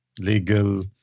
legal